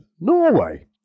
Norway